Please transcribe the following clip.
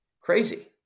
crazy